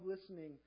listening